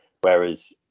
Whereas